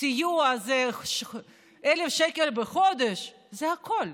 הסיוע זה 1,000 שקל בחודש, זה הכול.